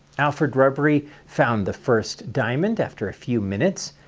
alfred rubery found the first diamond after a few minutes,